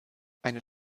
eine